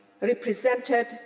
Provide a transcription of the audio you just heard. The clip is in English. represented